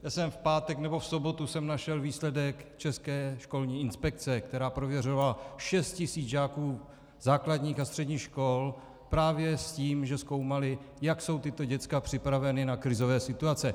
Já jsem v pátek nebo v sobotu našel výsledek České školní inspekce, která prověřovala 6 tisíc žáků základních a středních škol právě s tím, že zkoumali, jak jsou tato děcka připravena na krizové situace.